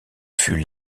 fut